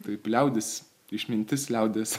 taip liaudies išmintis liaudies